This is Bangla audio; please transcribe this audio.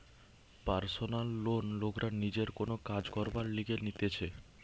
পারসনাল লোন লোকরা নিজের কোন কাজ করবার লিগে নিতেছে